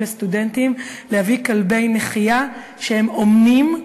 לסטודנטים שהם אומנים להביא כלבי נחייה לטובת